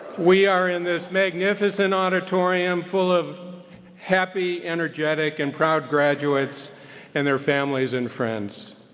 we are in this magnificent auditorium full of happy, energetic, and proud graduates and their families and friends.